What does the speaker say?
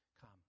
come